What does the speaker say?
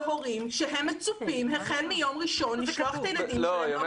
להורים שהם מצופים החל מיום ראשון לקחת את הילדים שלהם ל --- לא,